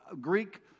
Greek